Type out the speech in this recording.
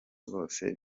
rwose